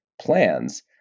plans